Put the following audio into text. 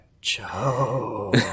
joe